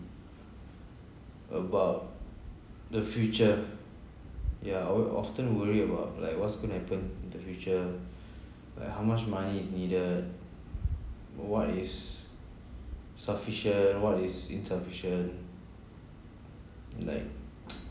about the future yeah I will often worry about like what's gonna happen in the future like how much money is needed what is sufficient what is insufficient like